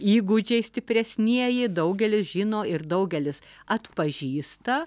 įgūdžiai stipresnieji daugelis žino ir daugelis atpažįsta